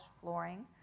flooring